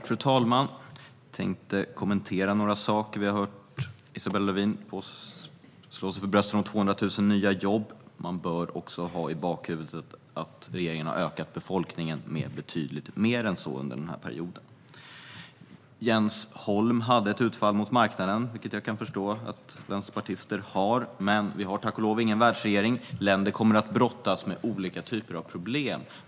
Fru talman! Jag tänkte kommentera några saker. Isabella Lövin har slagit sig för bröstet här när det gäller 200 000 nya jobb. Man bör också ha i bakhuvudet att regeringen har ökat befolkningen med betydligt mer än så under den här perioden. Jens Holm gjorde ett utfall mot marknaden, vilket jag kan förstå att vänsterpartister gör, men vi har tack och lov ingen världsregering. Länder kommer att brottas med olika typer av problem.